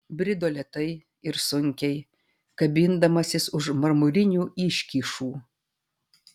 brido lėtai ir sunkiai kabindamasis už marmurinių iškyšų